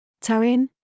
Tarin